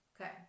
okay